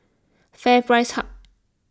FairPrice Hub